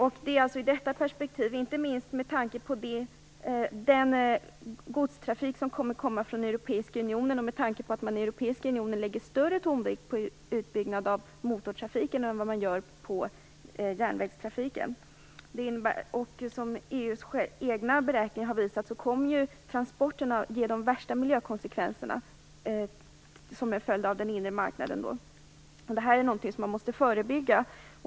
Vi bör också ha i minnet den kommande godstrafiken från den europeiska unionen och det faktum att man där lägger större tonvikt vid utbyggnad av motortrafiken än av järnvägstrafiken. EU:s egna beräkningar har visat att transporterna till följd av den inre marknaden kommer att ge de värsta miljökonsekvenserna. Detta är något vi måste förebygga.